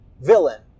villain